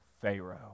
Pharaoh